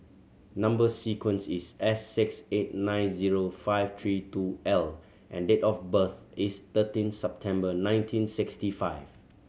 number sequence is S six eight nine zero five three two L and date of birth is thirteen September nineteen sixty five